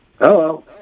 Hello